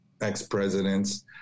ex-presidents